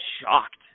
shocked